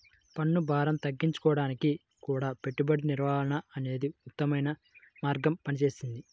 పన్నుభారం తగ్గించుకోడానికి గూడా పెట్టుబడి నిర్వహణ అనేదే ఉత్తమమైన మార్గంగా పనిచేస్తది